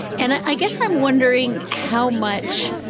and i guess i'm wondering how much.